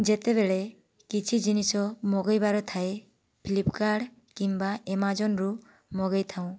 ଯେତେବେଳେ କିଛି ଜିନିଷ ମଗାଇବାର ଥାଏ ଫ୍ଲିପକାର୍ଡ଼ କିମ୍ବା ଏମାଜନରୁ ମଗାଇଥାଉଁ